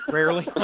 Rarely